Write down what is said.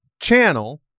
channel